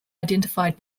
identified